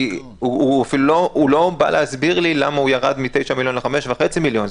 כי הוא אפילו לא בא להסביר לי למה הוא ירד מ-9 מיליון ל-5.5 מיליון.